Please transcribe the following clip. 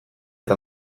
eta